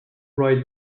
write